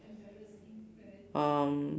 um